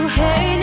hey